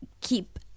keep